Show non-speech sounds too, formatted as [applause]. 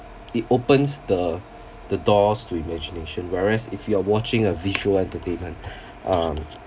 it opens the the doors to imagination whereas if you're watching a visual entertainment [breath] um